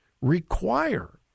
require